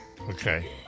Okay